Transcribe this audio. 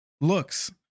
looks